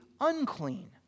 unclean